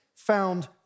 found